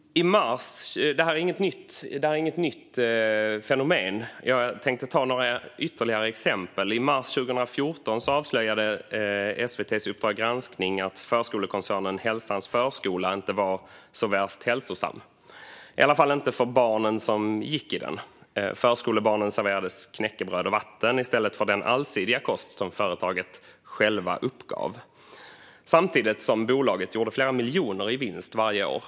Detta är inget nytt fenomen. Jag tänkte ta några ytterligare exempel. I mars 2014 avslöjade SVT:s Uppdrag granskning att förskolekoncernen Hälsans förskola inte var så värst hälsosam, i alla fall inte för de barn som gick i den. Förskolebarnen serverades knäckebröd och vatten i stället för den allsidiga kost som företaget självt uppgav, samtidigt som bolaget gjorde flera miljoner i vinst varje år.